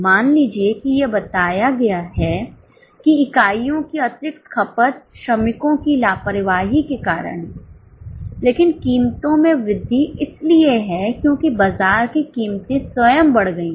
मान लीजिए कि यह बताया गया है कि इकाइयों की अतिरिक्त खपत श्रमिकों की लापरवाही के कारण है लेकिन कीमतों में वृद्धि इसलिए है क्योंकि बाजार की कीमतें स्वयं बढ़ गई हैं